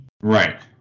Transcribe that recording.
Right